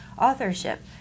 authorship